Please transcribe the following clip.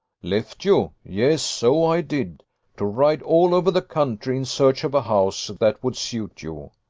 left you! yes, so i did to ride all over the country in search of a house that would suit you.